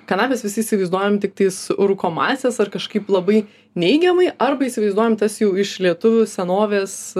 kanapes visi įsivaizduojam tiktais rūkomąsias ar kažkaip labai neigiamai arba įsivaizduojam tas jau iš lietuvių senovės